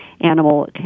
animal